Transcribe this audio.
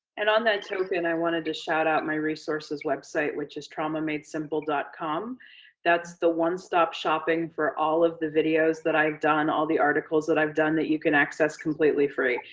and on that token, i wanted to shout out my resources website, which is traumamadesimple com. that's the one stop shopping for all of the videos that i've done, all the articles that i've done that you can access completely free.